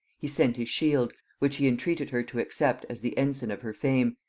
he sent his shield, which he in treated her to accept as the ensign of her fame,